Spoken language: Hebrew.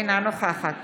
אינה נוכחת